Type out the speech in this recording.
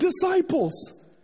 disciples